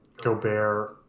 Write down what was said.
Gobert